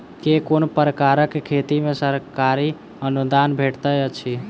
केँ कुन प्रकारक खेती मे सरकारी अनुदान भेटैत अछि?